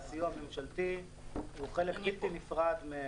והסיוע הממשלתי הוא חלק בלתי נפרד.